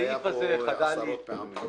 הוא כבר היה פה עשרות פעמים.